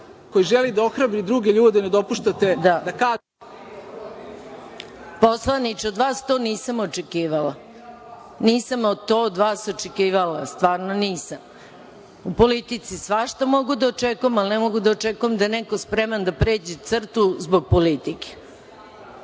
koji želi da ohrabri druge ljude ne dopuštate da kaže… **Maja Gojković** Poslaniče, od vas to nisam očekivala. Nisam od vas to očekivala, stvarno nisam. U politici svašta mogu da očekujem, ali ne mogu da očekujem da je neko spreman da pređe crtu zbog politike.